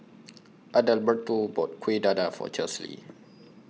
Adalberto bought Kuih Dadar For Chesley